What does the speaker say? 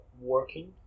working